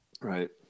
Right